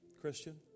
Christian